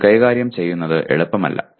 ഇത് കൈകാര്യം ചെയ്യുന്നത് എളുപ്പമല്ല